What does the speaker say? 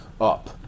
up